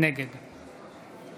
נגד